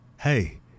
hey